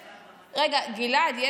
גלעד,